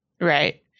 Right